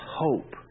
hope